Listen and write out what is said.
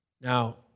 Now